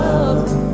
love